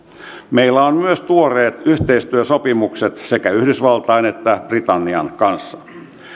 meillä on myös tuoreet yhteistyösopimukset sekä yhdysvaltain että britannian kanssa